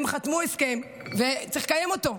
הם חתמו על הסכם וצריך לקיים אותו.